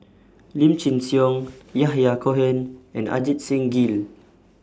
Lim Chin Siong Yahya Cohen and Ajit Singh Gill